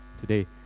today